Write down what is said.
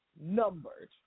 numbered